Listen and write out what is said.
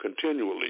continually